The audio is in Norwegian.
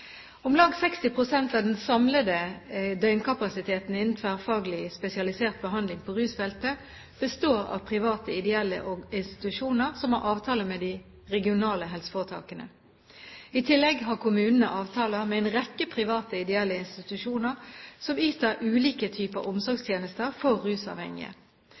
Om lag 60 pst. av den samlede døgnkapasiteten innen tverrfaglig spesialisert behandling på rusfeltet består av private ideelle institusjoner som har avtale med de regionale helseforetakene. I tillegg har kommunene avtaler med en rekke private ideelle institusjoner som yter ulike typer omsorgstjenester for